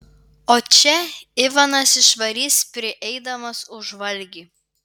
o čia ivanas išvarys prieidamas už valgį